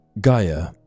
Gaia